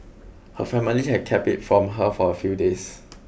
her family had kept it from her for a few days